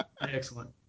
Excellent